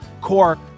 core